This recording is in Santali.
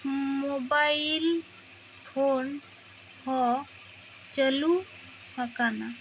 ᱢᱚᱵᱟᱭᱤᱞ ᱯᱷᱳᱱ ᱦᱚᱸ ᱪᱟᱹᱞᱩ ᱟᱠᱟᱱᱟ